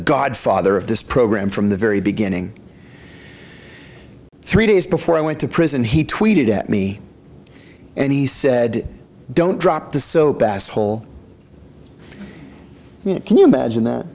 godfather of this program from the very beginning three days before i went to prison he tweeted at me and he said don't drop the soap asshole can you imagine